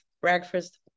breakfast